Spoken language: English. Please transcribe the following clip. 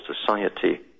society